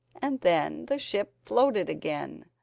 and then the ship floated again,